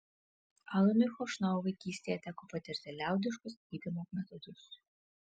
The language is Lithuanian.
alanui chošnau vaikystėje teko patirti liaudiškus gydymo metodus